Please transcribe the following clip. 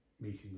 meeting